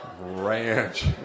Ranch